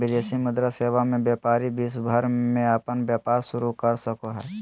विदेशी मुद्रा सेवा मे व्यपारी विश्व भर मे अपन व्यपार शुरू कर सको हय